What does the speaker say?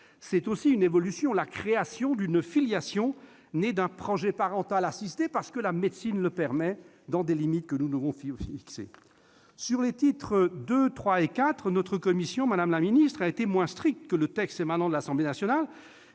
que d'autoriser la création d'une filiation née d'un projet parental assisté, parce que la médecine le permet, dans des limites que nous devons fixer. Sur les titres II, III et IV, notre commission, madame la ministre, a été moins stricte que le texte émanant de l'Assemblée nationale,